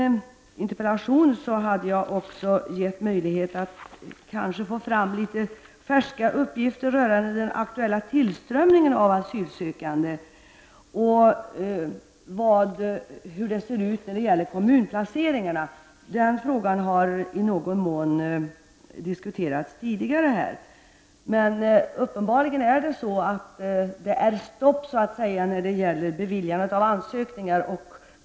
I min interpellation avgav jag att jag önskade få fram litet färska uppgifter rörande den aktuella tillströmningen av asylsökande och hur kommunplaceringarna sker. Den frågan har i någon mån diskuterats tidigare här. Det är uppenbarligen stopp när det gäller beviljande av ansökningar.